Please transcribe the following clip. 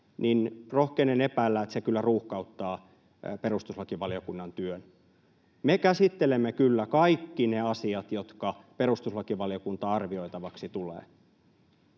niin rohkenen epäillä, että se kyllä ruuhkauttaa perustuslakivaliokunnan työn. Me käsittelemme kyllä kaikki ne asiat, jotka perustuslakivaliokuntaan arvioitaviksi tulevat,